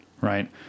right